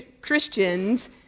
Christians